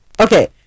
okay